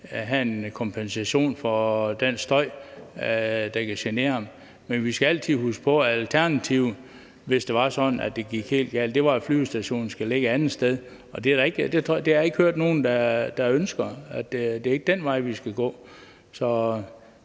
vil have en kompensation for den støj, der kan genere dem. Men vi skal altid huske på, at alternativet, hvis det var sådan, at det gik helt galt, var, at flyvestationen skulle ligge et andet sted, og det har jeg ikke hørt nogen der ønsker, og det er ikke den vej, vi skal gå.